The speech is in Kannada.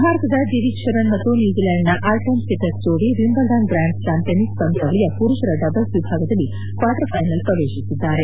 ಹೆಡ್ ಭಾರತದ ದಿವಿಜ್ ಶರಣ್ ಮತ್ತು ನ್ಲೂಜಿಲೆಂಡ್ನ ಆರ್ಟೆಮ್ ಸಿಟಕ್ ಜೋಡಿ ವಿಂಬಲ್ಡನ್ ಗ್ರ್ಯಾಂಡ್ ಸ್ಲಾಮ್ ಟೆನಿಸ್ ಪಂದ್ಲಾವಳಿಯ ಪುರುಷರ ಡಬಲ್ಸ್ ವಿಭಾಗದಲ್ಲಿ ಕ್ವಾರ್ಟರ್ ಫೈನಲ್ ಪ್ರವೇಶಿಸಿದ್ದಾರೆ